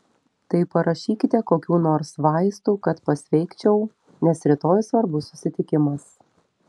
tai parašykite kokių nors vaistų kad pasveikčiau nes rytoj svarbus susitikimas